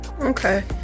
okay